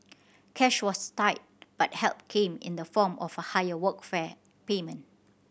cash was tight but help came in the form of a higher Workfare payment